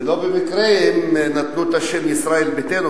ולא במקרה הם נתנו את השם ישראל ביתנו,